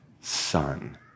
son